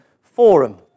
forum